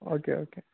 okay okay